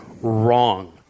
wrong